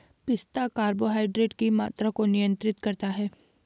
पिस्ता कार्बोहाइड्रेट की मात्रा को नियंत्रित करता है